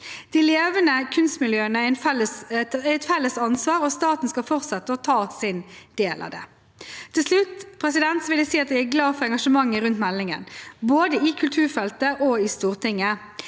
De levende kunstmiljøene er et felles ansvar, og staten skal fortsette å ta sin del av det. Til slutt vil jeg si at jeg er glad for engasjementet rundt meldingen, både i kulturfeltet og i Stortinget.